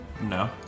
No